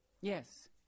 Yes